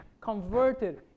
converted